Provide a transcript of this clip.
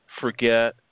forget